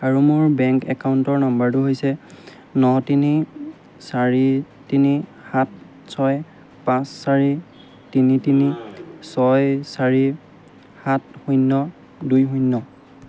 আৰু মোৰ বেংক একাউণ্টৰ নম্বৰটো হৈছে ন তিনি চাৰি তিনি সাত ছয় পাঁচ চাৰি তিনি তিনি ছয় চাৰি সাত শূন্য় দুই শূন্য়